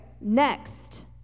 next